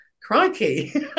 crikey